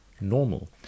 normal